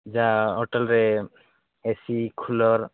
ଯାହା ହୋଟେଲ୍ରେ A C cooler